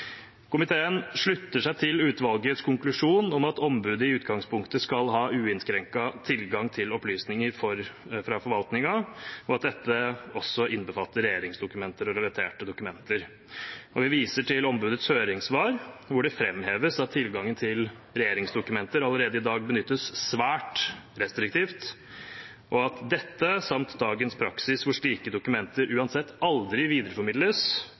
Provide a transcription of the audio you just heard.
Komiteen slutter seg til utvalgets konklusjon om at ombudet i utgangspunktet skal ha uinnskrenket tilgang til opplysninger fra forvaltningen, og at dette også innbefatter regjeringsdokumenter og relaterte dokumenter. Vi viser til ombudets høringssvar, hvor det framheves at tilgangen til regjeringsdokumenter allerede i dag benyttes svært restriktivt, og at dette, samt dagens praksis hvor slike dokumenter uansett aldri videreformidles,